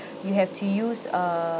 you have to use err